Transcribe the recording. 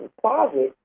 closet